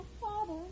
father